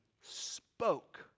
spoke